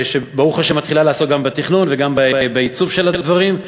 שברוך השם מתחילה לעסוק גם בתכנון וגם בעיצוב של הדברים,